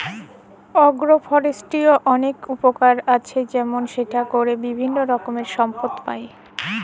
আগ্র ফরেষ্ট্রীর অলেক উপকার আছে যেমল সেটা ক্যরে বিভিল্য রকমের সম্পদ পাই